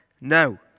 No